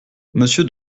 monsieur